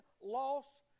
loss